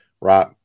right